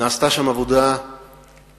נעשתה שם עבודה אדירה,